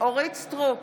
אורית מלכה סטרוק,